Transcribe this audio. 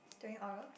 during oral